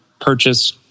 purchase